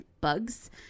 bugs